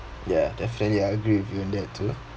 ya definitely I agree with you on that too